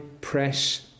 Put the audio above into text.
press